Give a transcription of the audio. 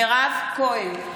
מירב כהן,